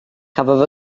cafodd